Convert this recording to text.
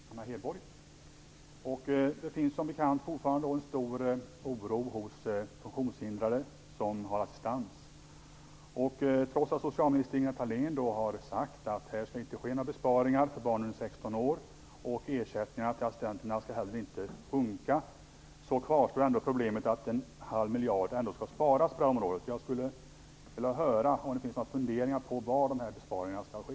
Fru talman! Frågan ställs till statsrådet Anna Hedborg. Det finns som bekant fortfarande en stor oro hos funktionshindrade som har assistans. Trots att socialminister Ingela Thalén har sagt att det inte skall göras några besparingar för barn under 16 år och att ersättningen till assistenter inte skall minska, kvarstår problemet att en halv miljard skall sparas på det här området. Jag skulle vilja höra om det finns några funderingar om var dessa besparingar skall ske.